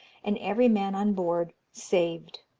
and every man on board saved.